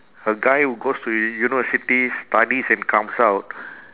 a guy who goes to u~ universities studies and comes out